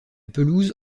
pelouse